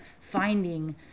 finding